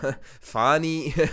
funny